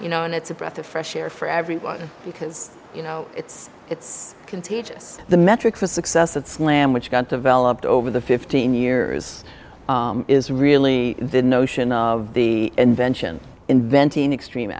you know and it's a breath of fresh air for everyone because you know it's it's contagious the metrics of success that slam which got developed over the fifteen years is really the notion of the invention inventing extreme